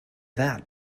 that